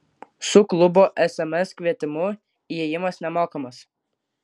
su klubo sms kvietimu įėjimas nemokamas